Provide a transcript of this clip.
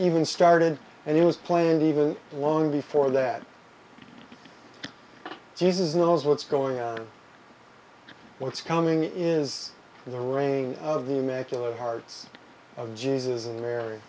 even started and it was planned even long before that jesus knows what's going on what's coming is the reign of the macula hearts of jesus and mar